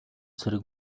цэрэг